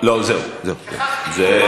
שכחתי,